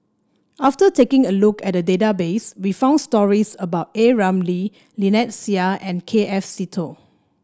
after taking a look at the database we found stories about A Ramli Lynnette Seah and K F Seetoh